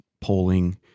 polling